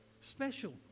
Special